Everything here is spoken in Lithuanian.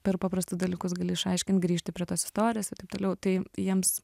per paprastus dalykus gali išaiškint grįžti prie tos istorijos ir taip toliau tai jiems